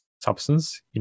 substance